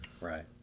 right